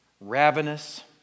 ravenous